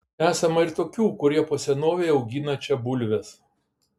esama ir tokių kurie po senovei augina čia bulves